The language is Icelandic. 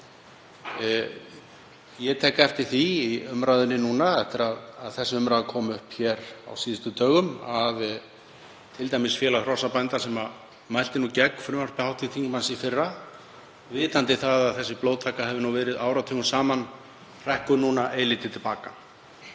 Ég tek eftir því í umræðunni núna, eftir að þessi umræða kom hér upp á síðustu dögum, að t.d. Félag hrossabænda sem mælti gegn frumvarpi hv. þingmanns í fyrra, vitandi það að þessi blóðtaka hefur verið áratugum saman, hrekkur núna eilítið til baka.